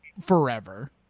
forever